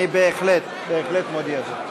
חברים, אני מבטיח לכם שאני יודע לקרוא.